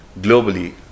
globally